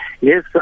Yes